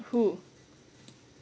who